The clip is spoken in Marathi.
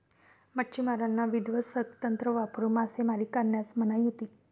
मच्छिमारांना विध्वंसक तंत्र वापरून मासेमारी करण्यास मनाई होती